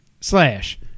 slash